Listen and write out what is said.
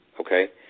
Okay